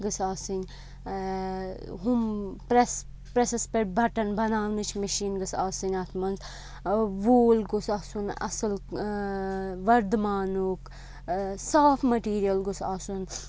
گٔژھ آسٕنۍ ہُم پرٛیٚس پرٛیٚسَس پیٚٹھ بَٹَن بَناونٕچ مِشیٖن گٔژھ آسٕنۍ اَتھ منٛز وول گوٚژھ آسُن اَصٕل وَردمانُک صاف میٹیٖریَل گوٚژھ آسُن